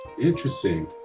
Interesting